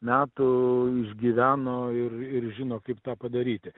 metų išgyveno ir ir žino kaip tą padaryti